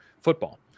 football